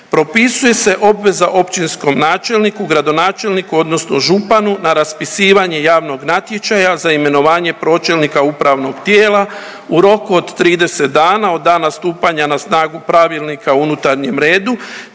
Propisuje se obveza općinskom načelniku, gradonačelniku odnosno županu na raspisivanje javnog natječaja za imenovanje pročelnika upravnog tijela u roku od 30 dana od dana stupanja na snagu Pravilnika o unutarnjem redu